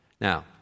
Now